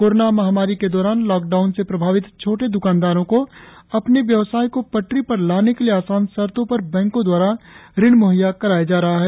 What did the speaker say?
corona महामारी के दौरान लॉकडाउन से प्रभावित छोटे द्कानदारों को अपने व्यवसाय को पटरी पर लाने के लिए आसान शर्तों पर बैंकों द्वारा ऋण म्हैया कराया जा रहा है